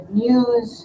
news